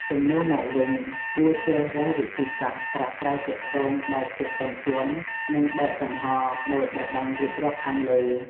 ជំនួសមកវិញ គួរជ្រើសរើសវិធីសាស្ត្រប្រាស្រ័យទាក់ទងដោយភាពទន់ភ្លន់ និងបើកចំហរដូចដែលបានរៀបរាប់ខាងលើ។